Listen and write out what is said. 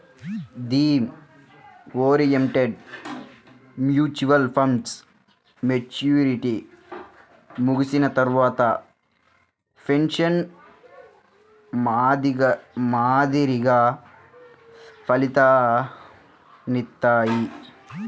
theme oriented mutual ఫండ్లు maturity ముగిసిన తర్వాత పెన్షన్ మాదిరిగా ఫలితాలనిత్తాయి